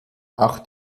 auch